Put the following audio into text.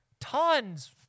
tons